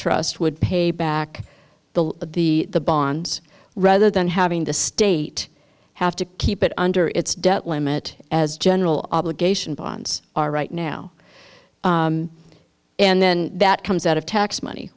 trust would pay back the of the bonds rather than having the state have to keep it under its debt limit as general obligation bonds are right now and then that comes out of tax money